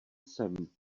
jsem